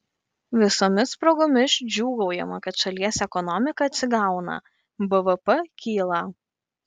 visomis progomis džiūgaujama kad šalies ekonomika atsigauna bvp kyla